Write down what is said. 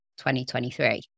2023